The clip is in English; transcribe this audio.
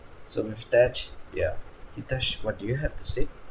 so with that ya hitesh what do you have to say